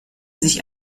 sich